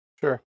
Sure